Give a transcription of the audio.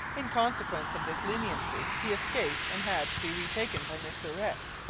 in consequence of this leniency he escaped and had to be retaken by mr. rhett.